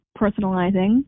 personalizing